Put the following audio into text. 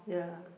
ya